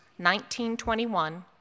1921